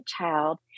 child